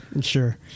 Sure